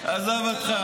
כן.